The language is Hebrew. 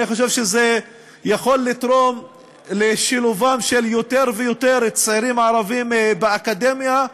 אני חושב שזה יכול לתרום לשילובם של יותר ויותר צעירים ערבים באקדמיה,